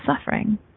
suffering